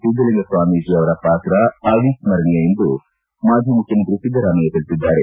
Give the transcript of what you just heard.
ಸಿದ್ದಲಿಂಗ ಸ್ವಾಮೀಜಿ ಅವರ ಪಾತ್ರ ಅವಿಸ್ಕರಣೀಯ ಎಂದು ಮಾಜಿ ಮುಖ್ಯಮಂತ್ರಿ ಸಿದ್ದರಾಮಯ್ಯ ತಿಳಿಸಿದ್ದಾರೆ